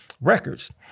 Records